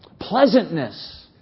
Pleasantness